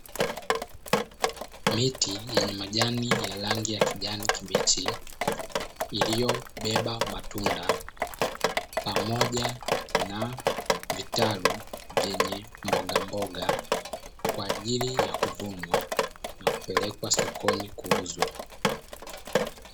Miti yenye majani ya rangi ya kijani kibichi iliyobeba matunda, pamoja na vitalu vyenye mbogamboga, kwa ajili ya kuvunwa na kupelekwa sokoni kuuzwa.